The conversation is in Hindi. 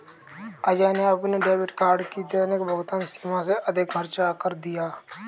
अजय ने अपने डेबिट कार्ड की दैनिक भुगतान सीमा से अधिक खर्च कर दिया